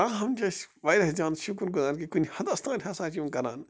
تاہم چھِ أسۍ وارِیاہ زیاد شُکُر گُزار کہِ کُنہِ حَدس تانۍ ہَسا چھِ یِم کَران